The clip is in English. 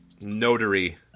notary